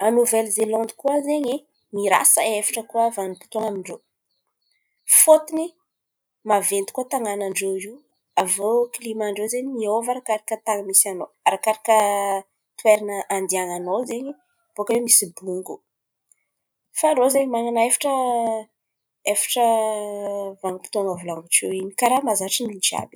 A Novely Zelandy koa zen̈y, mirasa efatra koa vanim-potoan̈a amin-drô. Fôtony maventy koa tanànan-drô io. Avô klimàn-drô zen̈y miôva arakaraka tan̈y misy anao. Arakaraka tan̈y andianan̈ao zen̈y, aviô zen̈y misy bongo. Fa rô zen̈y man̈ana efatra efatra vanim-potoan̈a volan̈iko tio in̈y, karàha mahazatra olo jiàby in̈y.